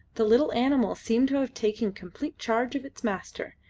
the little animal seemed to have taken complete charge of its master,